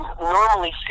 normally